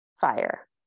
Fire